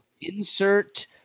insert